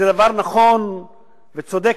זה דבר נכון וצודק.